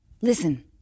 Listen